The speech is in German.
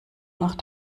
nach